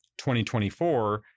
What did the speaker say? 2024